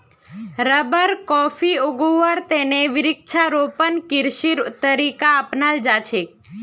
rubber, coffee उगव्वार त न वृक्षारोपण कृषिर तरीका अपनाल जा छेक